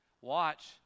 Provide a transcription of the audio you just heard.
watch